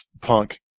punk